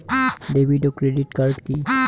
David ও credit card কি?